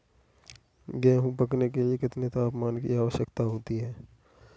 गेहूँ पकने के लिए कितने तापमान की आवश्यकता होती है?